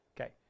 Okay